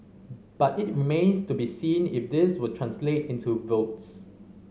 but it remains to be seen if this will translate into votes